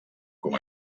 com